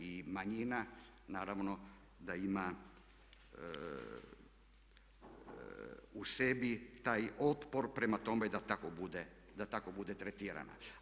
I manjina naravno da ima u sebi taj otpor prema tome da tako bude tretirana.